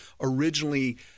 originally